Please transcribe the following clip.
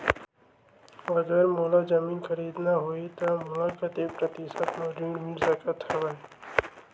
अगर मोला जमीन खरीदना होही त मोला कतेक प्रतिशत म ऋण मिल सकत हवय?